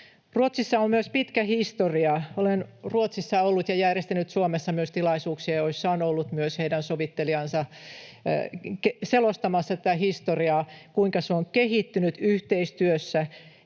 Ruotsissa on myös pitkä historia — olen Ruotsissa ollut ja myös järjestänyt Suomessa tilaisuuksia, joissa on ollut myös heidän sovittelijansa selostamassa tätä historiaa, kuinka se on kehittynyt yhteistyössä.